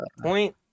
point